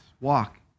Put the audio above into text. walk